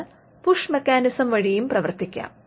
അത് push mechanism വഴിയും പ്രവർത്തിക്കാം